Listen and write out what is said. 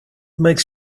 makes